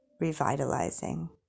revitalizing